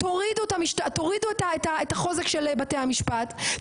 תורידו את החוזק של בתי המשפט,